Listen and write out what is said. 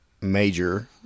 major